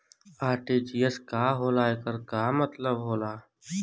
RTGS का होला एकर का मतलब होला?